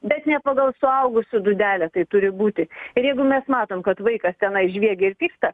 bet ne pagal suaugusių dūdelę tai turi būti ir jeigu mes matom kad vaikas tenai žviegia ir pyksta